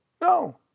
No